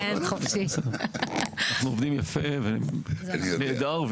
אנחנו עובדים יפה ונהדר.